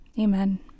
amen